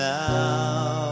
now